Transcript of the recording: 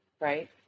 Right